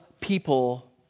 people